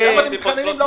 מתחננים?